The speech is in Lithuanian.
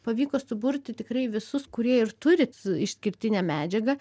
pavyko suburti tikrai visus kurie ir turi išskirtinę medžiagą